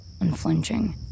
unflinching